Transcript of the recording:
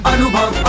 Anubhav